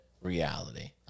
reality